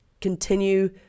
continue